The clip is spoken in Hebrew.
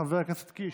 חבר הכנסת קיש.